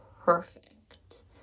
perfect